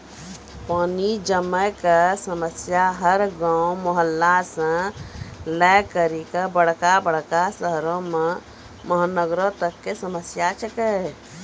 पानी जमै कॅ समस्या हर गांव, मुहल्ला सॅ लै करिकॅ बड़का बड़का शहरो महानगरों तक कॅ समस्या छै के